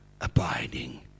abiding